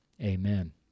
Amen